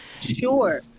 Sure